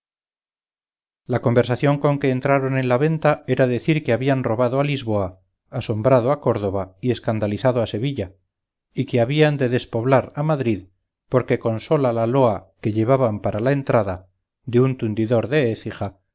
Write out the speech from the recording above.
la conversación con que entraron en la venta era decir que habían robado a lisboa asombrado a córdoba y escandalizado a sevilla y que habían de despoblar a madrid porque con sola la loa que llevaban para la entrada de un tundidor de ecija